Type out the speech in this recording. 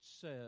says